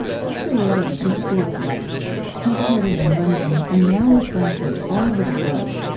he created the school of life headquartered in london and now with branches all over the globe,